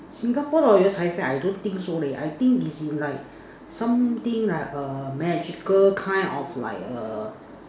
Singapore I don't think so leh I think is in like something like a magical kind of like a